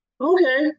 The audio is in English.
Okay